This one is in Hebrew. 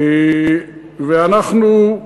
ואנחנו,